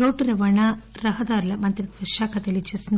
road రవాణా ప్రధాన రహదారుల మంత్రిత్వ శాఖ తెలిపింది